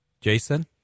Jason